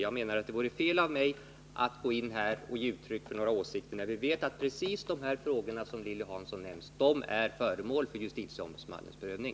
Jag menar att det vore fel av mig att här ge uttryck för några åsikter, när vi vet att precis de frågor som Lilly Hansson nämnt är föremål för justitieombudsmannens prövning.